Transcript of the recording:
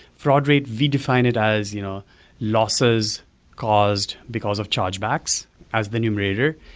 fraud rate, we define it as you know losses caused because of chargebacks as the numerator,